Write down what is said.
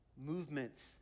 movements